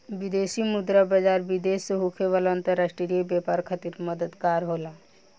विदेशी मुद्रा बाजार, विदेश से होखे वाला अंतरराष्ट्रीय व्यापार खातिर मददगार होला